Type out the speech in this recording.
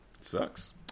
sucks